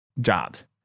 jobs